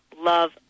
love